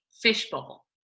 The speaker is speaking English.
fishbowl